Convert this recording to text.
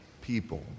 people